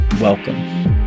welcome